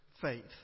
faith